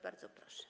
Bardzo proszę.